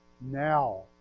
Now